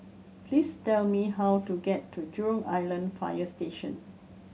please tell me how to get to Jurong Island Fire Station